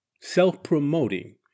self-promoting